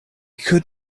could